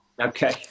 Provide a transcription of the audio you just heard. Okay